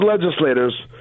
legislators